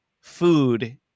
food